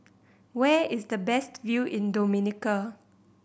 where is the best view in Dominica